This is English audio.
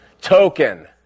Token